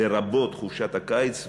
לרבות חופשת הקיץ,